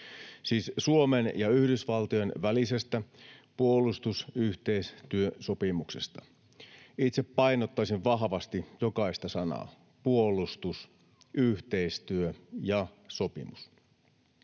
siis Suomen ja Yhdysvaltojen välisestä puolustusyhteistyösopimuksesta. Itse painottaisin vahvasti jokaista sanaa: puolustus, yhteistyö ja sopimus.